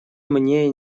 мне